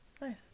Nice